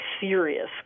serious